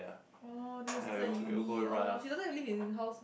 oh then your sister in uni oh she doesn't live in house